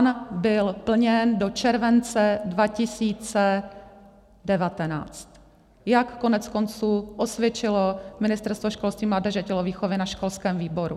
Plán byl plněn do července 2019, jak koneckonců osvědčilo Ministerstvo školství, mládeže a tělovýchovy na školském výboru.